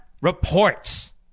reports